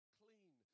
clean